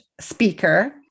speaker